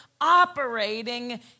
operating